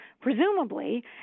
presumably